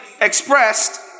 expressed